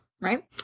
Right